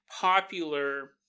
popular